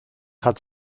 hat